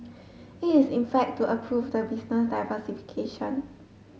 it is in fact to approve the business diversification